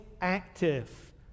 active